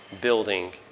building